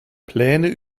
pläne